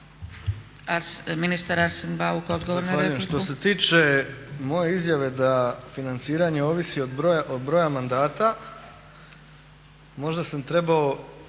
Ministar Arsen Bauk, odgovor na repliku.